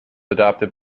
adopted